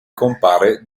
compare